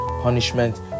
punishment